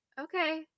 okay